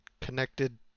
connected